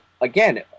again